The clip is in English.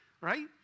Right